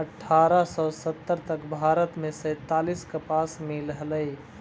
अट्ठारह सौ सत्तर तक भारत में सैंतालीस कपास मिल हलई